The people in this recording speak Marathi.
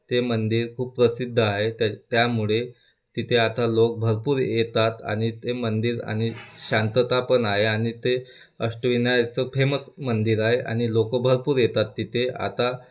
ते मंदिर खूप प्रसिद्ध आहे त्या त्यामुळे तिथे आता लोक भरपूर येतात आणि ते मंदिर आणि शांतता पण आ आहे आणि ते अष्टविनायकचं फेमस मंदिर आहे आणि लोकं भरपूर येतात तिथे आता